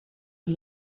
and